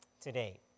today